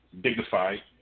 dignified